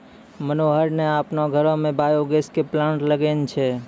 मनोहर न आपनो घरो मॅ बायो गैस के प्लांट लगैनॅ छै